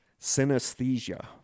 synesthesia